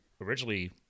originally